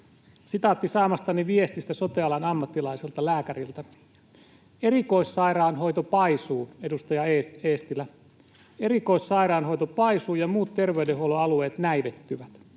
Sitaatti saamastani viestistä sote-alan ammattilaiselta, lääkäriltä: ”Erikoissairaanhoito paisuu” — edustaja Eestilä — ”ja muut terveydenhuollon alueet näivettyvät.